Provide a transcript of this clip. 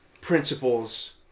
principles